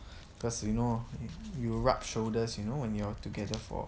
cause you know you rub shoulders you know when you are together for